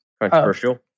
Controversial